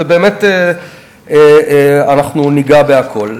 ובאמת אנחנו ניגע בהכול.